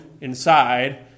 inside